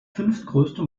fünftgrößte